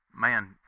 man